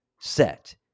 set